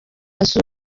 assou